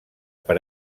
per